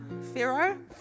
pharaoh